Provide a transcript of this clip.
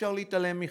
אי-אפשר להתעלם מכך.